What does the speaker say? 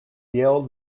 yale